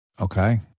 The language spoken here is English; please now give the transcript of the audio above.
Okay